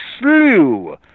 slew